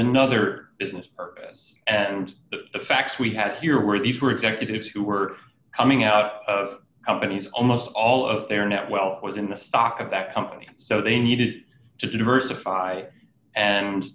another business and the facts we had here were these were executives who were coming out of companies almost all of their net wealth was in the stock of that company so they needed to diversify and